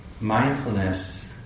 Mindfulness